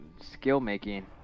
skill-making